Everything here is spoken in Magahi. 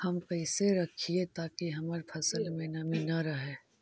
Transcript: हम कैसे रखिये ताकी हमर फ़सल में नमी न रहै?